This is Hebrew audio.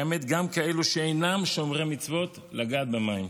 והאמת, גם כאלה שאינם שומרי מצוות, לגעת במים.